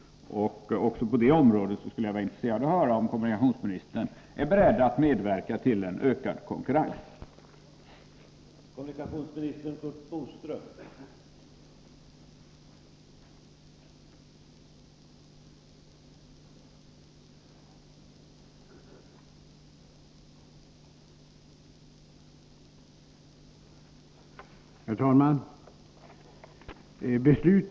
Jag är intresserad av att få höra om kommunikationsministern är beredd att medverka till en ökad konkurrens på detta område.